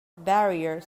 barrier